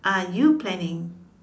are you planning